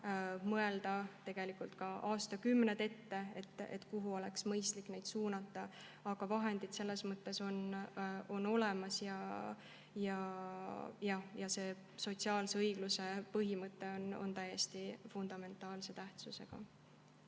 mõelda – tegelikult aastakümneid ette –, kuhu oleks mõistlik raha suunata. Vahendid ise on olemas ja sotsiaalse õigluse põhimõte on täiesti fundamentaalse tähtsusega.